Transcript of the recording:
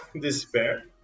despair